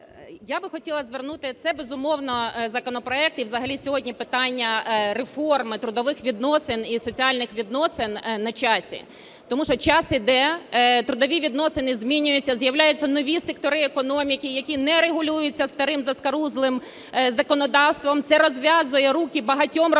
Я би хотіла звернути на цей, безумовно, законопроект, і взагалі сьогодні питання реформи трудових відносин і соціальних відносин на часі. Тому що час іде, трудові відносини змінюються, з'являються нові сектори економіки, які не регулюються старим заскорузлым законодавством, це розв'язує руки багатьом роботодавцям,